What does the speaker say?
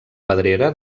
pedrera